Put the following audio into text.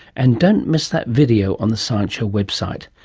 and don't miss that video on the science show website.